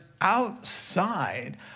outside